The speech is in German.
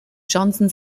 johnson